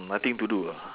mm nothing to do ah